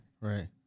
right